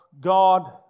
God